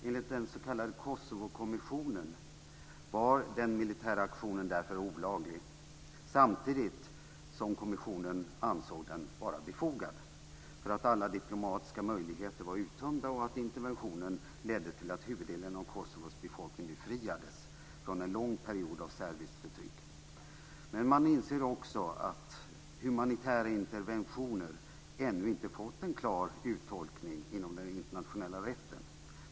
Enligt den s.k. Kosovokommissionen var den militära aktionen därför olaglig, samtidigt som kommissionen ansåg den vara befogad därför att alla diplomatiska möjligheter var uttömda och interventionen ledde till att huvuddelen av Kosovos befolkning befriades från en lång period av serbiskt förtryck. Man inser också att humanitära interventioner ännu inte fått en klar uttolkning inom den internationella rätten.